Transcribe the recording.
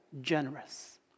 generous